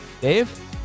Dave